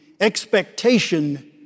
expectation